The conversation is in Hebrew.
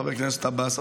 חבר הכנסת עבאס,